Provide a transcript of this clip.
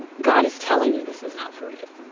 god is telling you this is not for you.